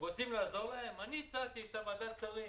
רוצים לעזור להם, אני הצעתי לוועדת שרים.